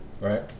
right